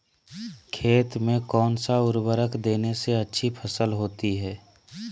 खेत में कौन सा उर्वरक देने से अच्छी फसल होती है?